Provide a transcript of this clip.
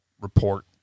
report